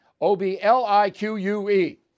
O-B-L-I-Q-U-E